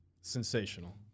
sensational